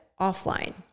offline